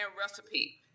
Recipe